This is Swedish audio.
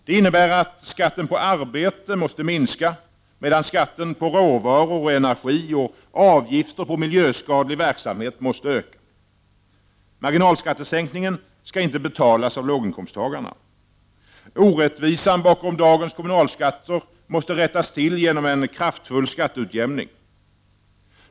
Det innebär att skatten på arbete måste minska medan skatten på råvaror och energi samt avgifter på miljöskadlig verksamhet måste öka. Marginalskattesänkningen skall inte betalas av låginkomsttagarna. Orättvisan bakom dagens kommunalskatter måste rättas till genom en kraftfull skatteutjämning.